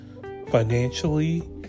Financially